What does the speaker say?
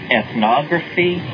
ethnography